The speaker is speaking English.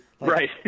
right